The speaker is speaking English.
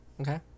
Okay